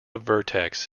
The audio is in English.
vertex